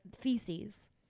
feces